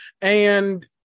And-